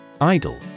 Idle